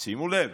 שימו לב,